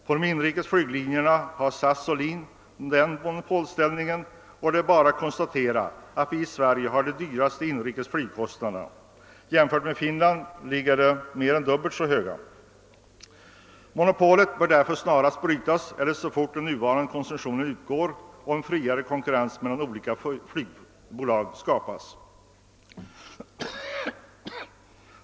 På de inrikes flyglinjerna har SAS och LIN denna monopolställning, och det är bara att konstatera att vi i Sverige har de dyraste inrikes flygkostnaderna. Om vi gör en jämförelse med flygkostnaderna i Finland finner vi att våra flygkostnader ligger mer än dubbelt så högt. Monopolet bör därför snarast brytas — åtminstone så fort den nuvarande koncessionen utgår — och en friare konkurrens mellan olika flygbolag skapas.